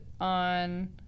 on